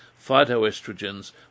Phytoestrogens